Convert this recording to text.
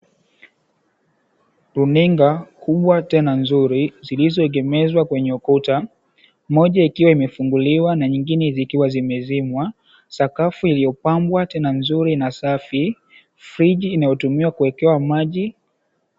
Runinga kubwa tena nzuri zilizo egemezwa kwenye ukuta moja ikiwa imefunguliwa na nyingine zikiwa zimezimwa, sakafu iliyopangwa tena nzuri na safi. Fridge inayotumiwa kuwekea maji.